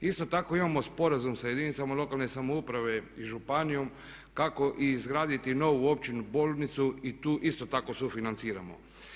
Isto tako imamo Sporazum sa jedinicama lokalne samouprave i županijom kako izgraditi novu općinu, bolnicu i tu isto tako sufinanciramo.